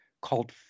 called